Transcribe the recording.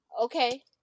Okay